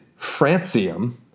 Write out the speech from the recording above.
francium